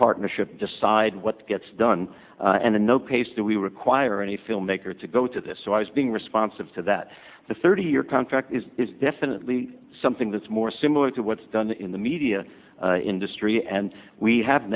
partnership decide what gets done and then no place that we require any filmmaker to go to this so i was being responsive to that the thirty year contract is is definitely something that's more similar to what's done in the media industry and we have